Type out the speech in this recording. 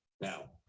Now